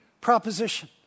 proposition